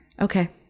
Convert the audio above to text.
Okay